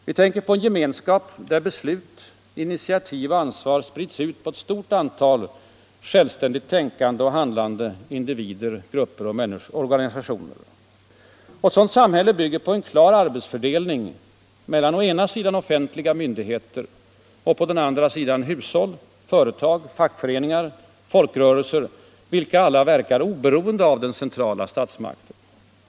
Vi tänker på en gemenskap där beslut, initiativ och ansvar sprids på ett stort antal självständigt tänkande och handlande individer, grupper och organisationer. Ett sådant samhälle bygger på en klar arbetsfördelning mellan å ena sidan offentliga myndigheter, å andra sidan hushåll, företag, fackföreningar och folkrörelser, vilka alla verkar oberoende av den centrala statsmakten.